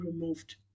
removed